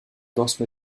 danse